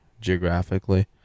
geographically